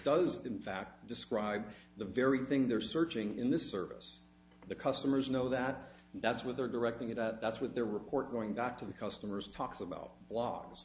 does in fact describe the very thing they're searching in the service the customers know that that's what they're directing it at that's what their report going back to the customers talks about